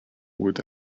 would